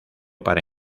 para